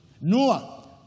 Noah